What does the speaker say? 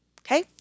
Okay